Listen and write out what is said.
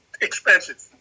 expensive